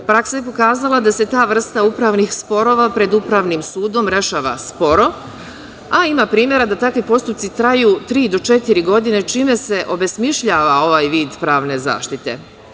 Praksa je pokazala da se ta vrsta upravnih sporova pred Upravnim sudom rešava sporo, a ima primera da takvi postupci traju tri do četiri godine čime se obesmišljava ovaj vid pravne zaštite.